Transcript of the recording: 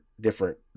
different